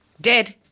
Dead